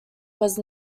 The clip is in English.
was